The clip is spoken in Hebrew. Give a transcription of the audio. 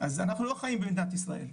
אז אנחנו לא חיים במדינת ישראל,